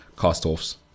cast-offs